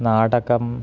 नाटकम्